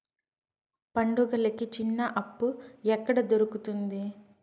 పండుగలకి చిన్న అప్పు ఎక్కడ దొరుకుతుంది